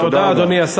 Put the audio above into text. תודה רבה.